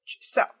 So-